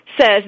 says